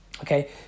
Okay